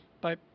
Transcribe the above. Bye